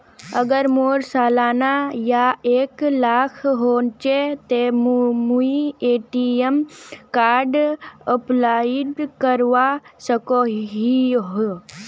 अगर मोर सालाना आय एक लाख होचे ते मुई ए.टी.एम कार्ड अप्लाई करवा सकोहो ही?